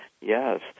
Yes